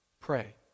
pray